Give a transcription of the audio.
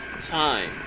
time